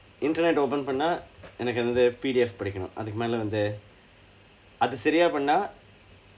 internet open பண்ணா எனக்கு வந்து:pannaa enakku vandthu P_D_F படிக்கணும் அதுக்கு மேல வந்து அது சரியா பண்ணா:padikkanum athukku meela vandthu athu sariyaa pannaa